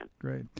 Great